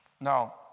Now